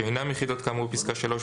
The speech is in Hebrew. שאינם יחידות כאמור בפסקה (3),